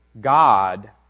God